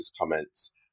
comments